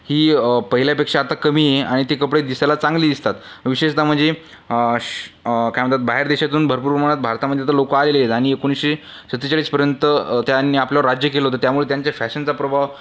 ही पहिल्यापेक्षा आता कमी आहे आणि ते कपडे दिसायला चांगले दिसतात विशेषतः म्हणजे काय म्हणतात बाहेर देशातून भरपूर प्रमाणात भारतामध्ये आता लोकं आलेली आहेत आणि एकोणीसशे सत्तेचाळीसपर्यंत त्यांनी आपल्यावर राज्य केलं होतं त्यामुळे त्यांचा फॅशनचा प्रभाव